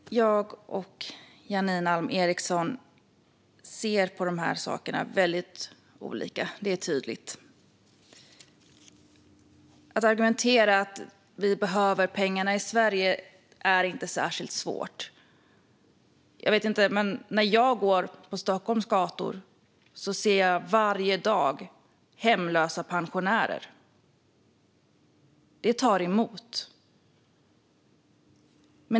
Fru talman! Jag och Janine Alm Ericson ser väldigt olika på de här sakerna. Det är tydligt. Att argumentera för att vi behöver pengarna i Sverige är inte särskilt svårt. När jag går på Stockholms gator ser jag varje dag hemlösa pensionärer. Det tar emot.